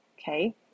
Okay